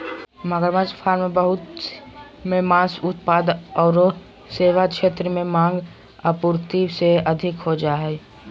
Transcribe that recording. मगरमच्छ फार्म बहुत देश मे मांस उत्पाद आरो सेवा क्षेत्र में मांग, आपूर्ति से अधिक हो जा हई